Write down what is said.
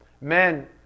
Men